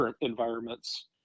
environments